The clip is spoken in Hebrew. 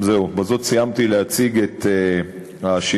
זהו, בזאת סיימתי להציג את השינויים.